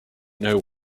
know